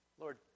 Lord